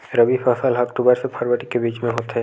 रबी फसल हा अक्टूबर से फ़रवरी के बिच में होथे